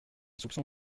soupçon